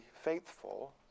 faithful